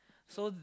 so